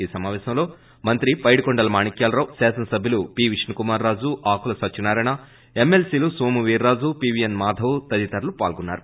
ఈ సమాపేశంలో మంత్రి మాణిక్యాలరావు శాసనసభ్యులు విష్ణుకుమార్ రాజు ఆకుల సత్వనారాయణ ఎమ్మె లీసీలు నోము వీర్రాజు పివిఎస్ మాధవ్ తదితరులు పాల్గొన్నారు